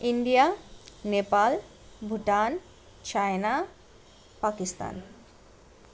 India Nepal Bhutan China Pakistan